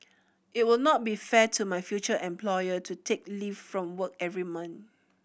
it will not be fair to my future employer to take leave from work every month